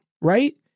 right